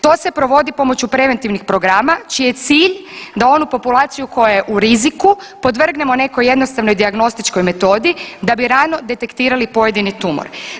To se provodi pomoću preventivnih programa čiji je cilj da onu populaciju koja je u riziku podvrgnemo nekoj jednostavnoj dijagnostičkoj metodi da bi rano detektirali pojedini tumor.